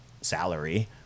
salary